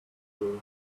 module